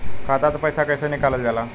खाता से पैसा कइसे निकालल जाला?